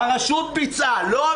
לא.